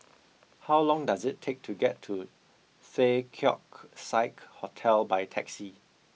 how long does it take to get to The Keong Saik Hotel by taxi